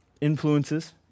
influences